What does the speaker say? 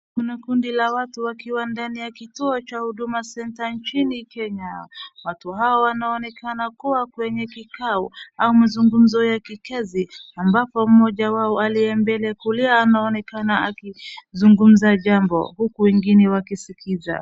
Kuna kundi la watu wakiwa ndani ya kituo cha Huduma center nchini Kenya. Watu hawa wanaonekana kuwa kwenye kikao au mazungumzo ya kikazi ambapo mmoja wao aliembele kulia anaonekana akizungumza jambo huku wengine wakiskiza.